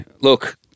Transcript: look